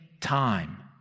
time